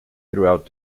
throughout